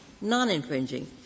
non-infringing